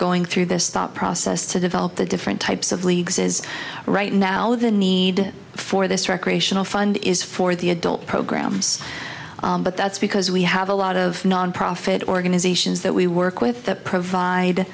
going through this thought process to develop the different types of leagues is right now the need for this recreational fund is for the adult programs but that's because we have a lot of nonprofit organizations that we work with that provide